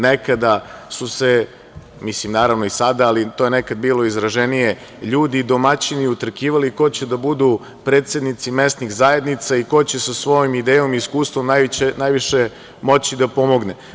Nekada su se, naravno i sada, ali to je nekada bilo izraženije, ljudi, domaćini utrkivali ko će da budu predsednici mesnih zajednica i ko će sa svojom idejom i iskustvom najviše moći da pomogne.